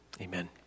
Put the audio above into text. amen